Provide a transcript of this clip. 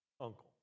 uncle